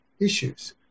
issues